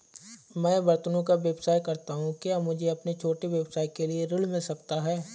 मैं बर्तनों का व्यवसाय करता हूँ क्या मुझे अपने छोटे व्यवसाय के लिए ऋण मिल सकता है?